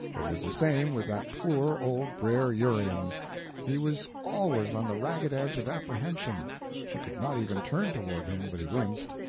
it was the same with that poor old brer uriens he was always on the ragged edge of apprehension she could not even turn toward him but he winced.